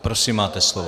Prosím máte slovo.